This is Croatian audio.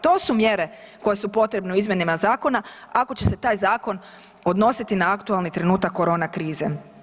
To su mjere koje su potrebne u izmjenama zakona ako će se taj zakon odnositi na aktualni trenutak korona krize.